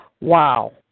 Wow